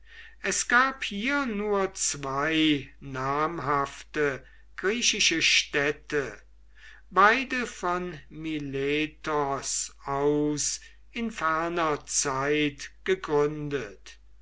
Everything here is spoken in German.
es gab hier nur zwei namhafte griechische städte beide von miletos aus in ferner zeit gegründet